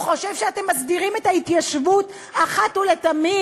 הוא חושב שאתם מסדירים את ההתיישבות אחת ולתמיד.